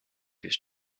used